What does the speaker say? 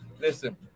listen